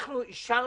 אנחנו אישרנו,